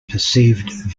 perceived